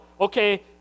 okay